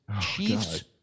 Chiefs